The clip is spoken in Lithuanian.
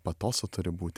patoso turi būti